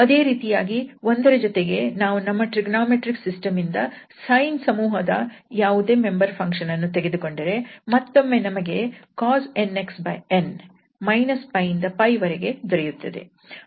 ಅದೇ ರೀತಿಯಾಗಿ 1 ರ ಜೊತೆಗೆ ನಾವು ನಮ್ಮ ಟ್ರಿಗೊನೋಮೆಟ್ರಿಕ್ ಸಿಸ್ಟಮ್ ಇಂದ sine ಸಮೂಹದ ಯಾವುದೇ ಮೆಂಬರ್ ಫಂಕ್ಷನ್ ಅನ್ನು ತೆಗೆದುಕಂಡರೆ ಮತ್ತೊಮ್ಮೆ ನಮಗೆ cos nxn −𝜋 ಇಂದ 𝜋 ವರೆಗೆ ದೊರೆಯುತ್ತದೆ